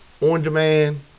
on-demand